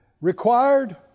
required